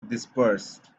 dispersed